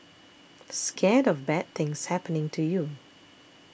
scared of bad things happening to you